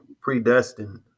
predestined